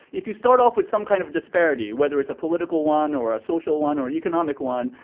if you start off with some kind of disparity. whether it's a political one, or a social one, or an economic one.